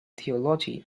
theology